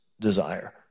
desire